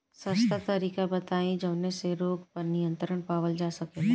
सस्ता तरीका बताई जवने से रोग पर नियंत्रण पावल जा सकेला?